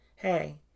Hey